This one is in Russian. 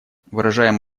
выражаем